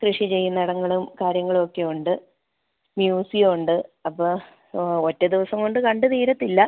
കൃഷി ചെയ്യുന്ന ഇടങ്ങളും കാര്യങ്ങളും ഒക്കെ ഉണ്ട് മ്യൂസിയം ഉണ്ട് അപ്പോൾ ഒറ്റ ദിവസം കൊണ്ട് കണ്ട് തീരത്തില്ല